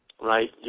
right